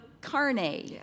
carne